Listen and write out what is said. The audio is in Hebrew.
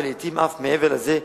ולעתים אף מעבר לזה,